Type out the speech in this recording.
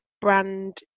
brand